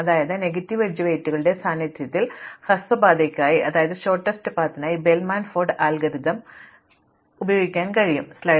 അതിനാൽ negative edge വെയ്റ്റുകളുടെ സാന്നിധ്യത്തിൽ ഹ്രസ്വമായ പാതയ്ക്കായി ബെൽമാൻ ഫോർഡ് അൽഗോരിതം എത്താൻ ഈ രണ്ട് ഗുണങ്ങളും മതി